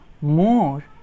more